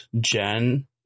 Jen